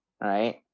right